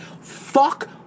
fuck